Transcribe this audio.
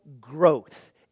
growth